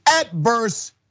adverse